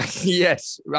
Yes